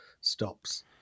stops